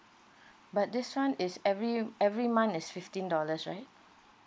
but this one is every every month is fifteen dollars right